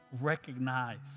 recognize